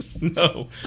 No